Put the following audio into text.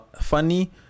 funny